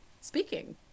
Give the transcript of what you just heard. speaking